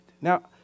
now